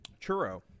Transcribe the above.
churro